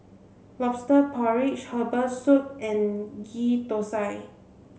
lobster porridge herbal soup and ghee Thosai